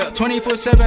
24-7